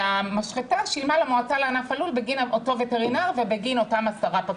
והמשחטה שילמה למועצה לענף הלול בגין אותו וטרינר ובגין אותם 10 פקחים.